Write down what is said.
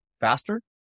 faster